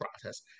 process